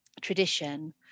tradition